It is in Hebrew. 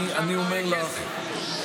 אני אומר לך,